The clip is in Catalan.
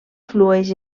flueix